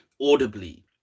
audibly